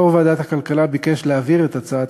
יו"ר ועדת הכלכלה ביקש להעביר את הצעת